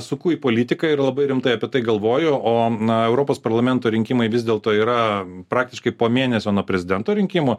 suku į politiką ir labai rimtai apie tai galvoju o na europos parlamento rinkimai vis dėlto yra praktiškai po mėnesio nuo prezidento rinkimų